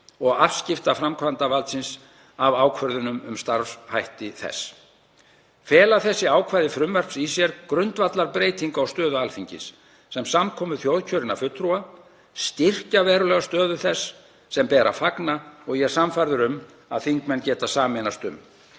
og afskipta framkvæmdarvaldsins af ákvörðunum um starfshætti þess. Fela þessi ákvæði frumvarpsins í sér grundvallarbreytingu á stöðu Alþingis sem samkomu þjóðkjörinna fulltrúa, styrkja verulega stöðu þess sem ber að fagna og ég er sannfærður um að þingmenn geta sameinast um.